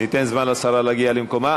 ניתן זמן לשרה להגיע למקומה.